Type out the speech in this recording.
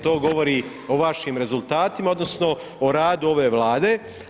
To govori o vašim rezultatima, odnosno o radu ove Vlade.